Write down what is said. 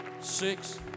six